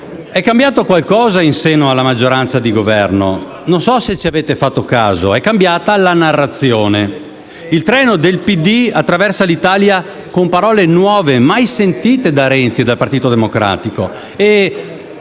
è cambiato qualcosa in seno alla maggioranza di Governo, non so se ci avete fatto caso: è cambiata la narrazione. Il treno del PD attraversa l'Italia con parole nuove, mai sentite da Renzi e dal Partito Democratico.